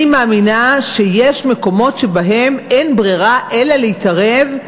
אני מאמינה שיש מקומות שבהם אין ברירה אלא להתערב,